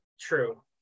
true